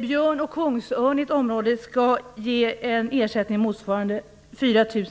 Björn och kungsörn i ett område skall ge en ersättning motsvarande 4 000